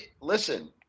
listen